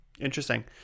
interesting